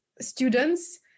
students